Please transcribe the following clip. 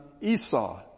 Esau